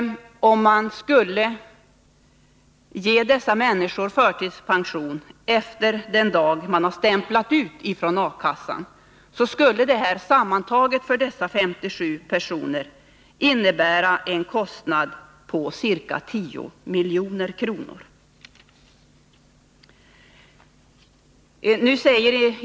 Om man skulle ge dessa människor förtidspension efter den dag de har stämplat ut från A-kassan, skulle det sammantaget för dessa 57 personer innebära en kostnad på ca 10 milj.kr.